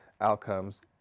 outcomes